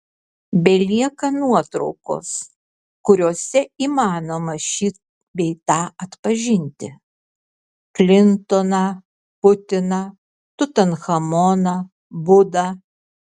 belieka nuotraukos kuriose įmanoma šį bei tą atpažinti klintoną putiną tutanchamoną budą